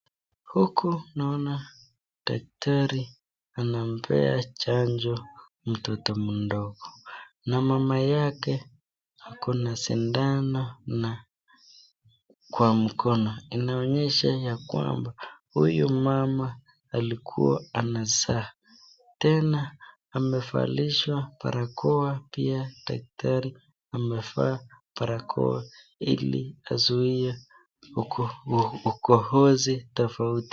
Huku naona daktari anampea chanjo mtoto mdogo na mama yake ako na sidano na kwa mkono, inaonyesha ya kwamba huyu mama alikuwa anazaa tena amevalishwa barakoa pia daktari amevaa barakoa ili kuzuia ukohozi tofauti.